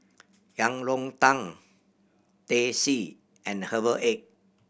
Yang Rou Tang Teh C and herbal egg